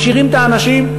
מכשירים את האנשים,